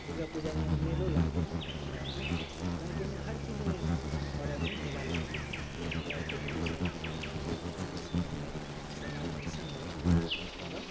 दुरगा पूजामे यानि मेलो लागै हइ हमरा आरके हमरा आरके ने हर चीजमे परबमे मेला लागै हइ किएक हमे आर तऽ हिन्दू समाज छिए ने तऽ हिन्दू समाजमे समाजमे अइसन होइ हइ परब